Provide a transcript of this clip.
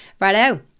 Righto